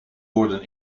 worden